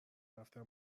رفتم